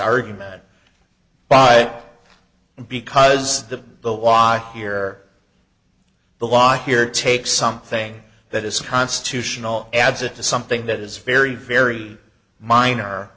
argument by and because the the why here the law here takes something that is constitutional adds it to something that is very very minor